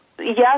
Yes